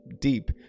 deep